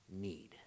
need